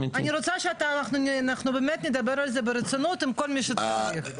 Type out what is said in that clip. אני רוצה שאנחנו באמת נדבר על זה ברצינות עם כל מי שצריך.